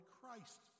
Christ